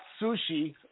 sushi